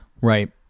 right